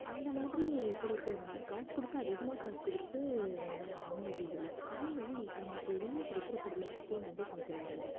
அந்த மாதிரி பொருள்கள் வந்து காசு கொடுத்து அதிகமாக காசு கொடுத்து நம்ம வாங்க வேண்டியதில்லை ஆனால் வந்து நம்மளுக்கு எளிமையாக கிடைக்கிற பொருளை வச்சு வந்து செஞ்சுருந்தாங்க